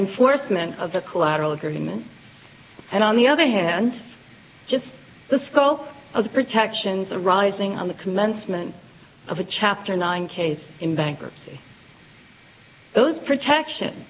in forstmann of the collateral agreement and on the other hand just the scope of the protections arising on the commencement of a chapter nine case in bankruptcy those protection